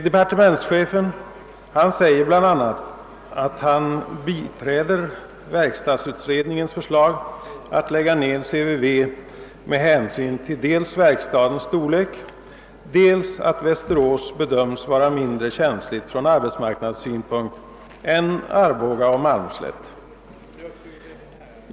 Departementschefen uttalar bl.a. att han biträder verkstadsutredningens förslag att lägga ned CVV dels med hänsyn till verkstadens storlek, dels med hänsyn till att Västerås bedöms vara mindre känsligt från arbetsmarknadssynpunkt än Arboga och Malmslätt.